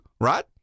right